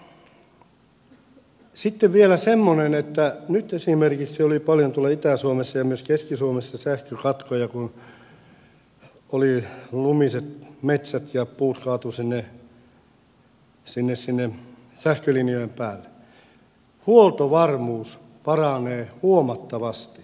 siinä on sitten vielä semmoinen nyt esimerkiksi oli itä suomessa ja myös keski suomessa paljon sähkökatkoja kun oli lumiset metsät ja puut kaatuivat sähkölinjojen päälle että huoltovarmuus paranee huomattavasti